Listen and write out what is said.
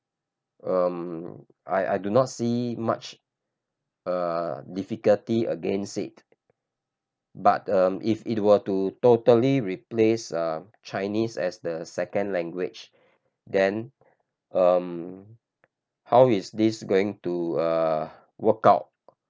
um I I do not see much uh difficulty against it but um if it were to totally replace uh Chinese as the second language then um how is this going to ah workout